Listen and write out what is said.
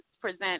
present